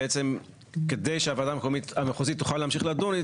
בעצם כדי שהוועדה המחוזית תוכל להמשיך לדון,